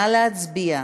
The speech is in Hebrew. נא להצביע.